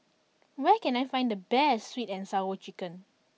where can I find the best Sweet and Sour Chicken